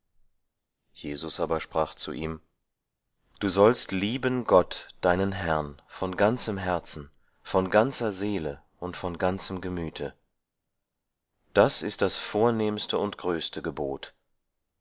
jesus aber sprach zu ihm du sollst lieben gott deinen herrn von ganzem herzen von ganzer seele und von ganzem gemüte dies ist das vornehmste und größte gebot